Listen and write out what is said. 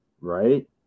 Right